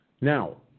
Now